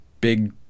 big